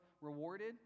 rewarded